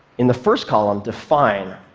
in the first column, define,